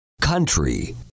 Country